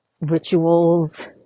rituals